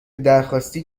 درخواستی